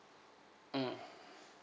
mm